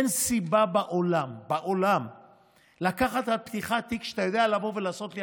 אין סיבה בעולם לקחת על פתיחת תיק כשאתה יודע לבוא ולעשות לי